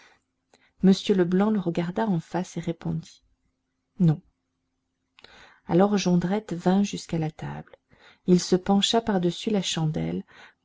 m leblanc le regarda en face et répondit non alors jondrette vint jusqu'à la table il se pencha par-dessus la chandelle